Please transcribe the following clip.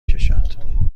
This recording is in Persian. کشد